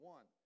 One